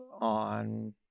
on